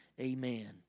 amen